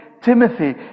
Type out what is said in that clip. Timothy